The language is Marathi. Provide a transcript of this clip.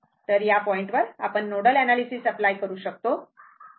तर या पॉईंट वर आपण नोडल अँनॅलिसिस अप्लाय करू शकतो